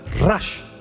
rush